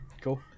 cool